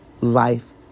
life